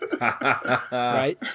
Right